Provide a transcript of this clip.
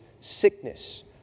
sickness